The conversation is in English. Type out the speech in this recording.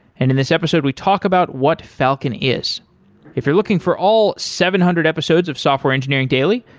and in this episode, we talk about what falcon is if you're looking for all seven hundred episodes of software engineering daily,